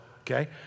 Okay